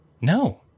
No